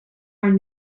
are